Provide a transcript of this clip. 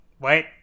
wait